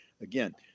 again